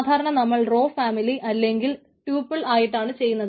സാധാരണ നമ്മൾ row family അല്ലെങ്കിൽ ടൂപ്പിൽ ആയിട്ടാണ് ചെയ്യുന്നത്